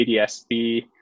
ADS-B